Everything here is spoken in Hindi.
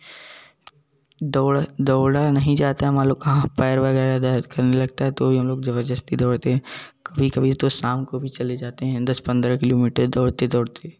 दौड़ दौड़ा नहीं जाता है हम लोग कहाँ पैर वगैरह दर्द करने लगता है तो भी हम लोग ज़बरदस्ती दौड़ते कभी कभी तो शाम को भी चले जाते हैं दस पंद्रह किलोमीटर दौड़ते दौड़ते